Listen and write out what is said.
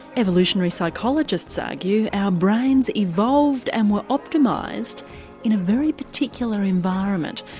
evolutionary psychologists argue our brains evolved and were optimised in a very particular environment,